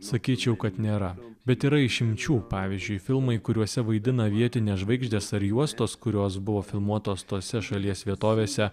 sakyčiau kad nėra bet yra išimčių pavyzdžiui filmai kuriuose vaidina vietinės žvaigždės ar juostos kurios buvo filmuotos tose šalies vietovėse